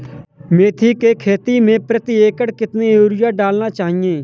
मेथी के खेती में प्रति एकड़ कितनी यूरिया डालना चाहिए?